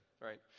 right